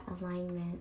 alignment